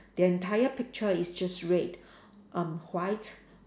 the entire picture is just red um white